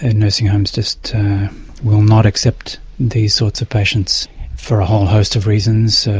and nursing homes just will not accept these sorts of patients for a whole host of reasons.